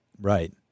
Right